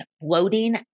bloating